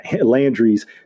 Landry's